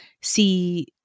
see